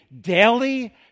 daily